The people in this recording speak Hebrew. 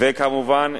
וכמובן,